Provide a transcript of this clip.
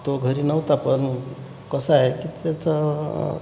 तो घरी नव्हता पण कसं आहे की त्याचं